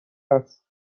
است